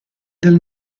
del